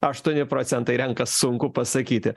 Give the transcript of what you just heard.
aštuoni procentai renkas sunku pasakyti